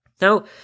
Now